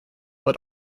but